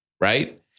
right